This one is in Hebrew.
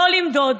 לא למדוד,